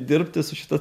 dirbti su šita